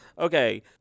Okay